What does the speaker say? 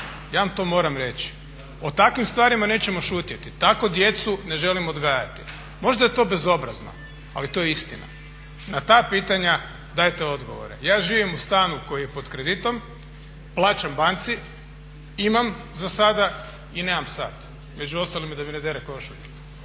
ja vam to moram reći. O takvim stvarima nećemo šutjeti, tako djecu ne želim odgajati. Možda je to bezobrazno, ali to je istina. Na ta pitanja dajete odgovore. Ja živim u stanu koji je pod kreditom, plaćam banci, imam za sada i nemam sat među ostalim i da mi ne dere košulju.